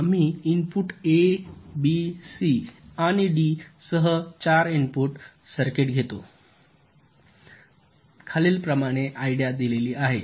तर आम्ही input A B C आणि डी सह 4 इनपुट सर्किट घेतो खालीलप्रमाणे आयडिया आहे